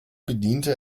bediente